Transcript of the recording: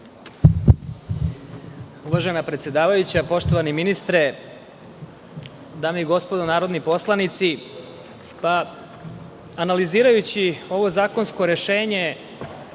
Uvažena predsedavajuća, poštovani ministre, dame i gospodo narodni poslanici, analizirajući ovo zakonsko rešenje,